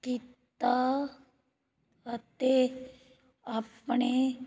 ਕੀਤਾ ਅਤੇ ਆਪਣੇ